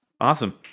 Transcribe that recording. Awesome